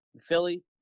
Philly